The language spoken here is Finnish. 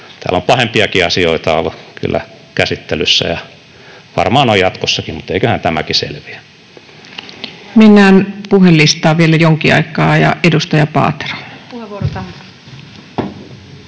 Täällä on pahempiakin asioita ollut kyllä käsittelyssä ja varmaan on jatkossakin, mutta eiköhän tämäkin selviä. [Speech 135] Speaker: Paula Risikko Party: